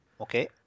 Okay